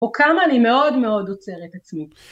או כמה אני מאוד מאוד עוצר את עצמי